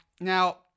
Now